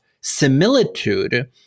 similitude